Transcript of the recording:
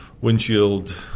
windshield